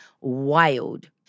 wild